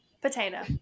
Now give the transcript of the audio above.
potato